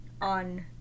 on